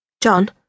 John